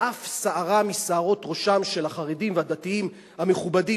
ואף שערה משערות ראשם של החרדים והדתיים המכובדים